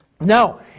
Now